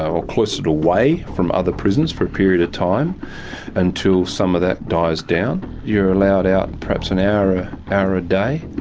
or cloistered away from other prisoners for a period of time and until some of that dies down. you are allowed out perhaps an hour ah hour a day.